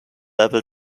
level